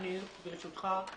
ברשותך,